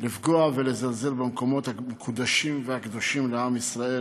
לפגוע ולזלזל במקומות המקודשים והקדושים לעם ישראל